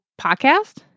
podcast